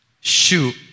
Shoot